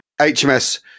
HMS